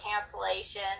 cancellation